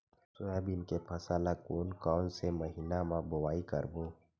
Soybean के फसल ल कोन कौन से महीना म बोआई करबो?